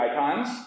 icons